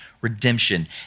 redemption